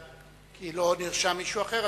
כי לא נרשם מישהו אחר,